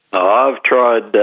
ah i've tried